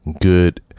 good